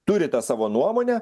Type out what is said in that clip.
turi tą savo nuomonę